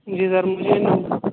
جی sir مجھے نا